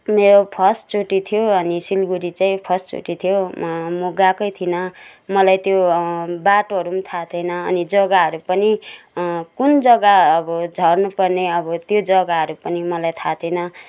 मेरो फर्स्टचोटि थियो अनि सिलगढी चाहिँ फर्स्टचोटि थियो म गएकै थिइन मलाई त्यो बाटोहरू पनि थाह थिएन अनि जग्गाहरू पनि कुन जग्गा अब झर्नु पर्ने अब त्यो जग्गाहरू पनि मलाई थाह थिएन